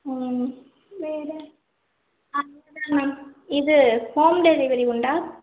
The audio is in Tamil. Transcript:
ம் வேறு அவ்வளோ தான் மேம் இது ஹோம் டெலிவரி உண்டா